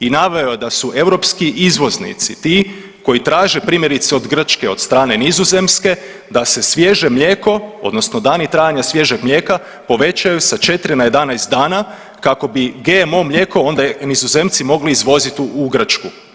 I naveo je da su europski izvoznici ti koji traže primjerice od Grčke, od strane Nizozemske, da se svježe mlijeko, odnosno dani trajanja svježeg mlijeka povećaju sa 4 na 11 dana kako bi GMO mlijeko onda Nizozemci mogli izvoziti u Grčku.